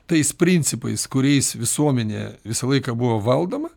tais principais kuriais visuomenė visą laiką buvo valdoma